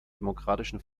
demokratischen